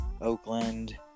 Oakland